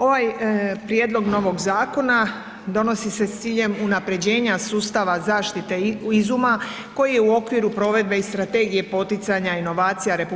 Ovaj prijedlog novog zakona donosi se s ciljem unapređenja sustava zaštite izuma koji je u okviru provedbe i strategije poticanja inovacije RH